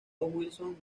wilson